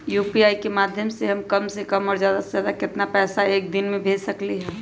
UPI के माध्यम से हम कम से कम और ज्यादा से ज्यादा केतना पैसा एक दिन में भेज सकलियै ह?